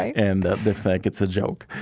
and they think it's a joke.